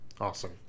Awesome